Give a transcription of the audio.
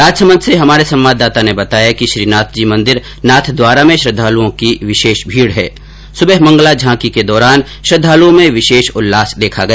राजसमंद से हमारे संवाददाता ने बताया कि श्रीनाथ जी मंदिर नाथद्वारा में श्रद्वालुओं की विशेष भीड है सुबह मंगला झांकी के दौरान श्रद्वालुओं में विशेष उल्लास देखा गया